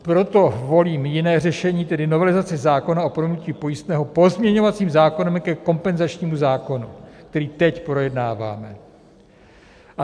Proto volím jiné řešení, tedy novelizaci zákona o prominutí pojistného pozměňovacím návrhem ke kompenzačnímu zákonu, který teď projednáváme.